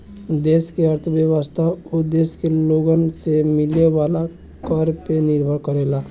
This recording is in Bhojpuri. देश के अर्थव्यवस्था ओ देश के लोगन से मिले वाला कर पे निर्भर करेला